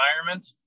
environment